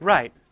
Right